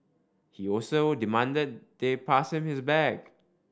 he also demanded they pass him his bag